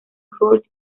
court